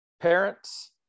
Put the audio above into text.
parents